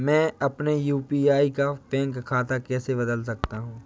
मैं अपने यू.पी.आई का बैंक खाता कैसे बदल सकता हूँ?